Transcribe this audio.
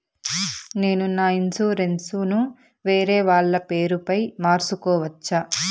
నేను నా ఇన్సూరెన్సు ను వేరేవాళ్ల పేరుపై మార్సుకోవచ్చా?